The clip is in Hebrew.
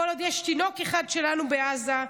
כל עוד יש תינוק אחד שלנו בעזה,